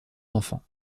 enfants